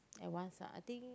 at once ah I think